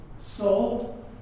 sold